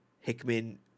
Hickman